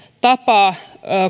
tapa